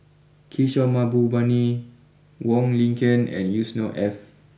Kishore Mahbubani Wong Lin Ken and Yusnor Ef